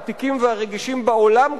העתיקים והרגישים בעולם כולו,